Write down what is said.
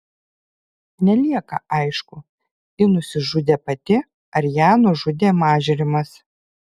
nelieka aišku ji nusižudė pati ar ją nužudė mažrimas